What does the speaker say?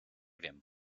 wiem